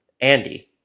Andy